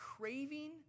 craving